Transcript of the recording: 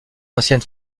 ancienne